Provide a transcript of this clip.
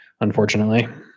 unfortunately